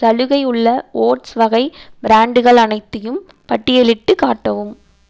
சலுகை உள்ள ஓட்ஸ் வகை பிராண்டுகள் அனைத்தையும் பட்டியலிட்டுக் காட்டவும்